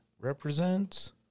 represents